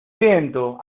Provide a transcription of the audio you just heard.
viento